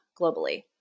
globally